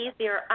easier